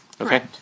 Okay